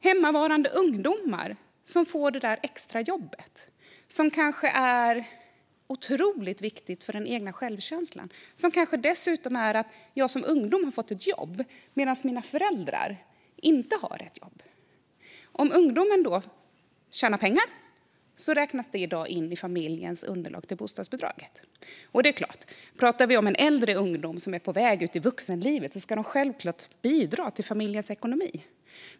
Hemmavarande ungdomar får kanske ett extrajobb, och det kan vara otroligt viktigt för självkänslan. Kanske har dessutom ungdomen fått ett jobb medan föräldrarna inte har något jobb. Om ungdomen tjänar pengar räknas detta i dag in i familjens underlag för ansökan om bostadsbidrag. Talar vi om äldre ungdomar som är på väg ut i vuxenlivet ska de naturligtvis bidra till familjens ekonomi.